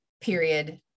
period